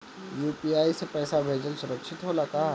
UPI से पैसा भेजल सुरक्षित होला का?